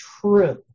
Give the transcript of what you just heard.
true